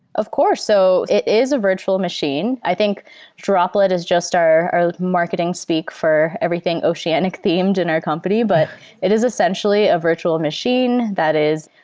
of course. so it is a virtual machine. i think droplet is just our our marketing speak for everything oceanic themes in our company, but it is essentially a virtual machine that is,